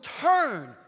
turn